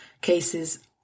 cases